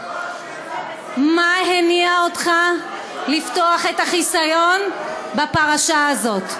מה הניע אותך לפתוח את החיסיון בפרשה הזאת?